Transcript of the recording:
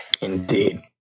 Indeed